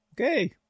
Okay